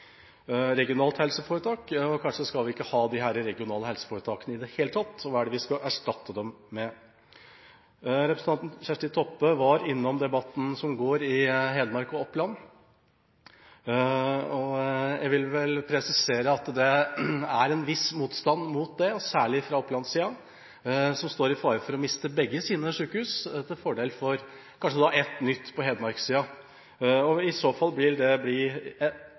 regionalt helseforetak. Kanskje skal vi ikke ha de regionale helseforetakene i det hele tatt? Og hva skal vi erstatte dem med? Representanten Kjersti Toppe var innom debatten som går i Hedmark og Oppland. Jeg vil presisere at det er en viss motstand mot det, og særlig fra Oppland-siden, som står i fare for å miste begge sine sykehus, kanskje til fordel for et nytt på Hedmark-siden. I så fall vil det bli